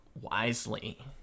wisely